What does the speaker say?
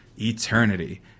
eternity